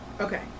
Okay